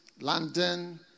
London